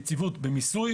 יציבות במיסוי